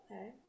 Okay